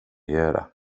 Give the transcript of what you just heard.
göra